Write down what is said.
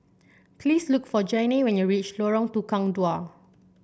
please look for Janay when you reach Lorong Tukang Dua